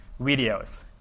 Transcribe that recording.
videos